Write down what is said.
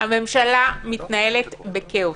הממשלה מתנהלת בכאוס.